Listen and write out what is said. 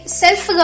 self